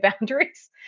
boundaries